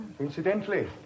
Incidentally